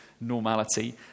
Normality